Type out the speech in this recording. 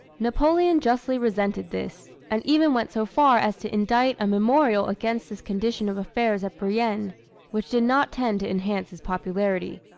napoleon justly resented this and even went so far as to indite a memorial against this condition of affairs at brienne which did not tend to enhance his popularity.